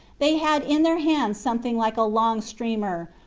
they had in their hands something like a long streamer,